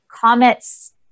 comets